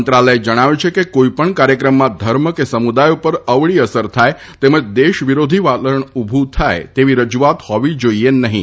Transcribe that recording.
મંત્રાલયે જણાવ્યું છે કે કોઇ પણ કાર્યક્રમમાં ધર્મ કે સમુદાય ઉપર અવળી અસર થાય તેમજ દેશ વિરોધી વલણ ઉભું થાય તેવી રજૂઆત હોવી જોઇએ નહીં